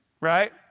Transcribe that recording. Right